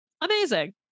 amazing